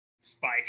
Spike